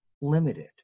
limited